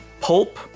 pulp